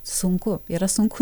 sunku yra sunku